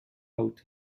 out